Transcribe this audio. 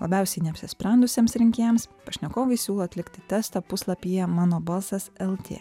labiausiai neapsisprendusiems rinkėjams pašnekovai siūlo atlikti testą puslapyje mano balsas lt